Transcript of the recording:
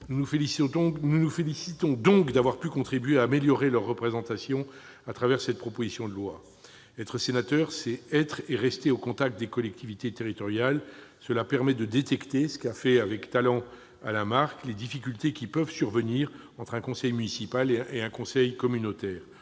Nous nous félicitions donc de contribuer à améliorer leur représentation dans le cadre de cette proposition de loi. Être sénateur, c'est être et rester au contact des collectivités territoriales. Cela permet de détecter, ce qu'a fait Alain Marc avec talent, les difficultés qui peuvent survenir entre un conseil municipal et un conseil communautaire.